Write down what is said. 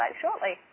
shortly